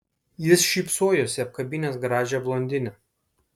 jis šypsojosi apkabinęs gražią blondinę